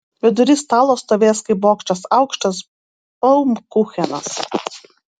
vidury stalo stovės kaip bokštas aukštas baumkuchenas